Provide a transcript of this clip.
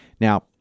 Now